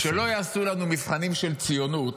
-- שלא יעשו לנו מבחנים של ציונות,